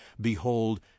Behold